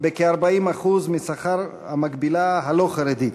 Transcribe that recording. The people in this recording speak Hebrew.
בכ-40% משכר מקבילתה הלא-חרדית.